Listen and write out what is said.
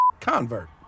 convert